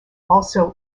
also